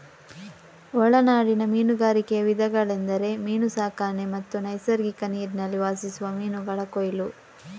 ಒಳನಾಡಿನ ಮೀನುಗಾರಿಕೆಯ ವಿಧಗಳೆಂದರೆ ಮೀನು ಸಾಕಣೆ ಮತ್ತು ನೈಸರ್ಗಿಕ ನೀರಿನಲ್ಲಿ ವಾಸಿಸುವ ಮೀನುಗಳ ಕೊಯ್ಲು